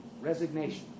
Resignation